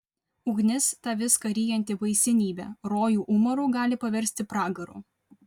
ugnis ta viską ryjanti baisenybė rojų umaru gali paversti pragaru